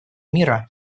мира